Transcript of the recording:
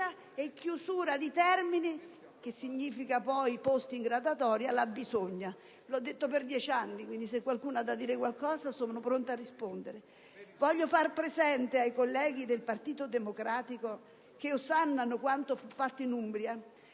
e chiusura di termini, che significa poi posti in graduatoria alla bisogna. L'ho detto per dieci anni, quindi se qualcuno ha da dire qualcosa sono pronta a rispondere. Voglio far presente ai colleghi del Partito Democratico che osannano quanto fu fatto in Umbria